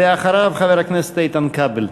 אחריו, חבר הכנסת איתן כבל.